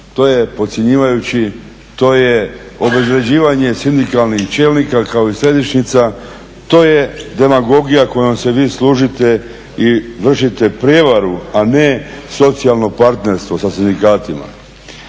to je podcjenjivajuće, to je obezvređivanje sindikalnih čelnika kao i središnjica, to je demagogija kojom se vi služite i vršite prijevaru, a ne socijalno partnerstvo sa sindikatima.